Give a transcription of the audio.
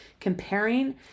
comparing